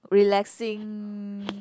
relaxing